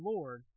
Lord